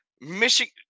michigan